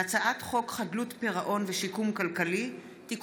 הצעת חוק חדלות פירעון ושיקום כלכלי (תיקון